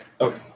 Okay